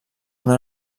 una